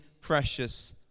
precious